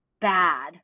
bad